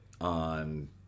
on